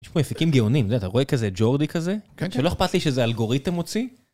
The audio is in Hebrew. יש פה מפיקים גאונים, אתה רואה כזה ג'ורדי כזה, שלא אכפת לי שזה אלגוריתם מוציא.